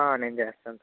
నేను చేస్తాను సార్